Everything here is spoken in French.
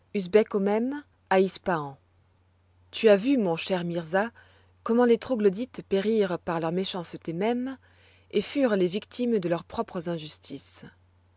au même à ispahan tu as vu mon cher mirza comment les troglodytes périrent par leur méchanceté même et furent les victimes de leurs propres injustices